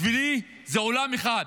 בשבילי זה עולם אחד,